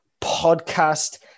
podcast